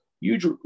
huge